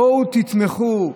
בואו תתמכו,